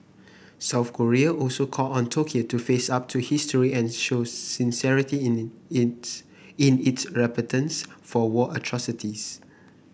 South Korea also called on Tokyo to face up to history and show sincerity in it its in its repentance for war atrocities